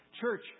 Church